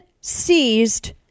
seized